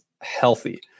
healthy